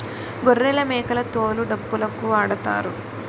గొర్రెలమేకల తోలు డప్పులుకు వాడుతారు